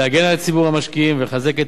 להגן על ציבור המשקיעים ולחזק את